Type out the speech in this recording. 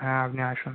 হ্যাঁ আপনি আসুন